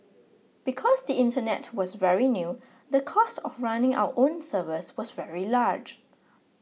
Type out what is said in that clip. because the internet was very new the cost of running our own servers was very large